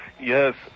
Yes